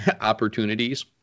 opportunities